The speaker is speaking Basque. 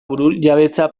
burujabetza